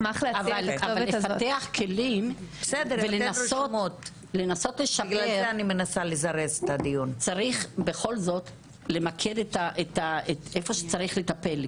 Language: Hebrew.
אבל לפתח כלים ולנסות --- צריך בכל זאת למקד איפה צריך לטפל.